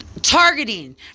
targeting